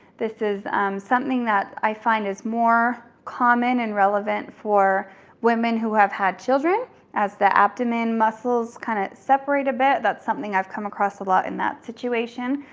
this is something that i find is more common and relevant for women who have had children as the abdomen muscles kind of separate a bit, that's something i've come across a lot in that situation.